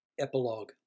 epilogue